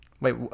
Wait